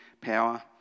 power